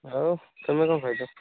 ଆଉ ତମେ କ'ଣ ଖାଇଛ